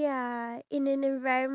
iya